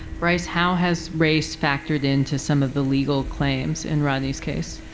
bryce, how has race factored into some of the legal claims in rodney's case?